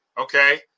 okay